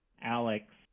Alex